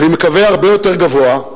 אני מקווה הרבה יותר גבוה,